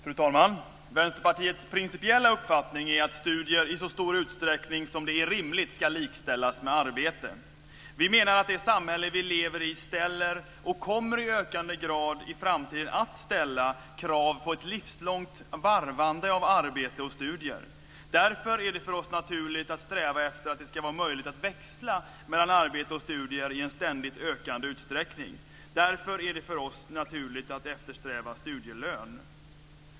Fru talman! Vänsterpartiets principiella uppfattning är att studier i så stor utsträckning som det är rimligt ska likställas med arbete. Vi menar att det samhälle vi lever i ställer, och kommer i ökande grad i framtiden att ställa, krav på ett livslångt varvande av arbete och studier. Därför är det för oss naturligt att sträva efter att det ska vara möjligt att växla mellan arbete och studier i en ständigt ökande utsträckning. Därför är det för oss naturligt att eftersträva studielön.